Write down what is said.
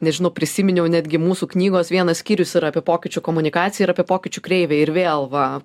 nežinau prisiminiau netgi mūsų knygos vienas skyrius yra apie pokyčių komunikaciją ir apie pokyčių kreivę ir vėl va